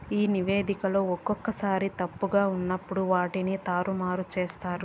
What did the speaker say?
నివేదికలో ఒక్కోసారి తప్పుగా ఉన్నప్పుడు వాటిని తారుమారు చేత్తారు